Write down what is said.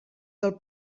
del